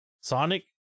Sonic